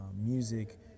music